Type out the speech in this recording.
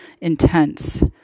intense